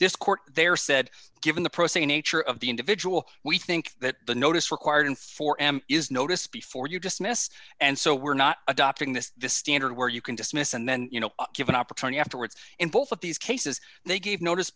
this court there said given the pro se nature of the individual we think that the notice required for m is notice before you dismiss and so we're not adopting this standard where you can dismiss and then you know give an opportunity afterwards in both of these cases they gave notice